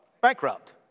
bankrupt